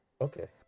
Okay